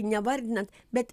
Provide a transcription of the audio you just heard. nevardinant bet